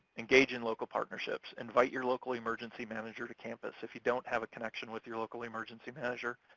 engage in local partnerships. invite your local emergency manager to campus. if you don't have a connection with your local emergency manager,